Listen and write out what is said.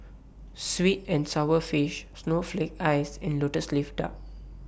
Sweet and Sour Fish Snowflake Ice and Lotus Leaf Duck